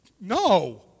no